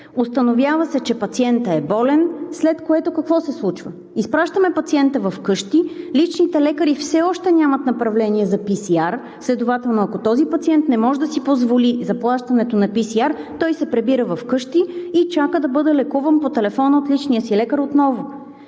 установява се, че пациентът е болен, след което какво се случва? Изпращаме пациента вкъщи, личните лекари все още нямат направление за PCR, ако този пациент не може да си позволи заплащането на PCR, той се прибира вкъщи и отново чака да бъде лекуван по телефона от личния си лекар.